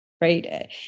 right